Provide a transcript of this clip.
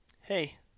hey